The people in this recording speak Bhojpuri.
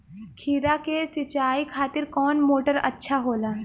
खीरा के सिचाई खातिर कौन मोटर अच्छा होला?